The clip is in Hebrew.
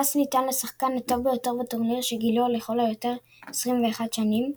הפרס ניתן לשחקן הטוב ביותר בטורניר שגילו לכל היותר 21 שנים.